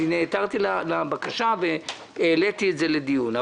נעתרתי לבקשה והעליתי את זה לדיון,